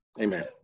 Amen